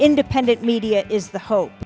independent media is the hope